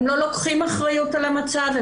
לא לוקחים אחריות על המצב,